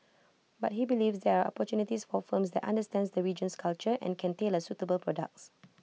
but he believes there are opportunities for firms that understands the region's culture and can tailor suitable products